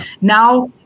Now